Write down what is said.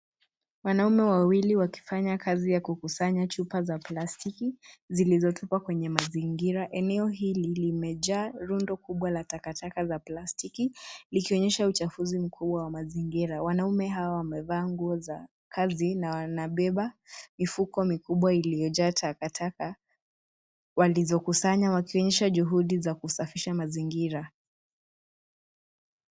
Wanaume wawili wakifanya kazi ya kukusanya chupa za plastiki zilizo tupwa kwenye mazingira. Eneo hili limejaa rundo kubwa la takataka za plastiki likionyesha uchafuzi mkubwa wa mazingira. Wanaume hawa wamevaa nguo za kazi na wanabeba mifuko mikubwa iliyojaa takataka walizokusanya wakionyesha juhudi za kusafisha mazingira.